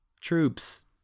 troops